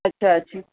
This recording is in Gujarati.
અચ્છા અચ્છા